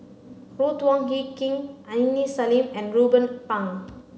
Ruth Wong Hie King Aini Salim and Ruben Pang